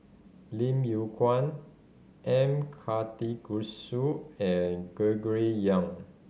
Lim Yew Kuan M Karthigesu and Gregory Yong